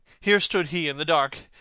here stood he in the dark,